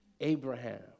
Abraham